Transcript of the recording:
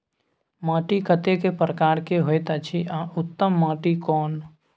माटी कतेक प्रकार के होयत अछि आ उत्तम माटी कोन?